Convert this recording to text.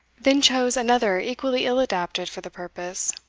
then chose another equally ill adapted for the purpose.